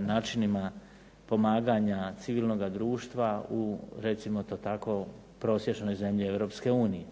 načinima pomaganja civilnoga društva u, recimo to tako, prosječnoj zemlji Europske unije.